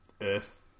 earth